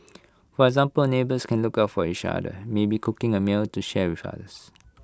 for example neighbours can look out for each other maybe cooking A meal to share with others